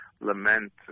lament